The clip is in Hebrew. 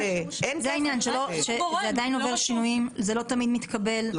זה עדיין עובר שינויים, זה לא תמיד מתקבל, .